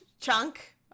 chunk